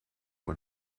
und